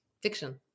Fiction